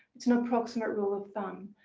it's an approximate rule of thumb.